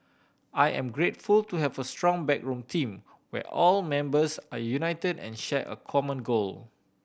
I am grateful to have a strong backroom team where all members are united and share a common goal